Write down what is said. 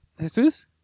jesus